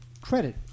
credit